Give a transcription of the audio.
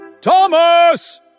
Thomas